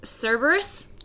Cerberus